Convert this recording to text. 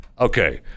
Okay